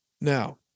Now